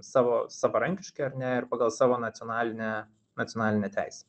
savo savarankiškai ar ne ir pagal savo nacionalinę nacionalinę teisę